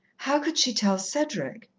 how could she tell cedric?